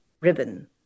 Ribbon